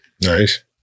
Nice